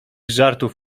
żartów